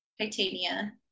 Titania